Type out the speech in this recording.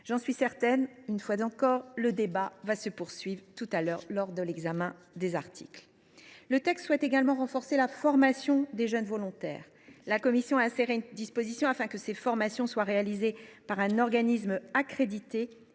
Je suis certaine que le débat se poursuivra tout à l’heure lors de l’examen des articles ! Les auteurs du texte souhaitent également renforcer la formation des jeunes volontaires. La commission a inséré une disposition afin que ces formations soient réalisées par un organisme accrédité